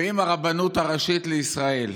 ואם הרבנות הראשית לישראל,